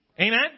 Amen